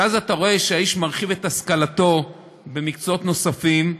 שאז אתה רואה שהאיש מרחיב את השכלתו במקצועות נוספים,